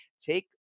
take